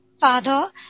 father